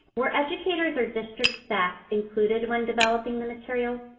were educators or district staff included when developing the material?